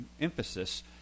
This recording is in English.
emphasis